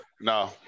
No